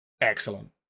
excellent